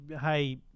hey